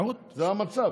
זה המצב.